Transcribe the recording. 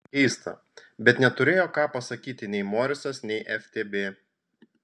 keista bet neturėjo ką pasakyti nei morisas nei ftb